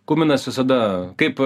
kuminas visada kaip